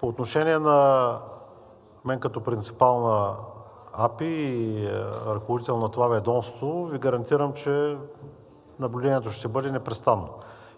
По отношение на мен като принципал на АПИ и ръководител на това ведомство Ви гарантирам, че наблюдението ще бъде непрестанно